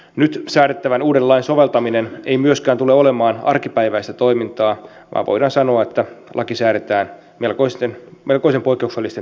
nyt säädettävän uuden lain soveltaminen ei myöskään tule olemaan arkipäiväistä toimintaa vaan voidaan sanoa että laki säädetään melkoisen poikkeuksellisten tilanteiden varalle